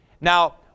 Now